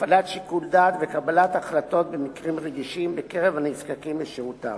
הפעלת שיקול דעת וקבלת החלטות במקרים רגישים בקרב הנזקקים לשירותיו.